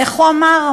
איך הוא אמר?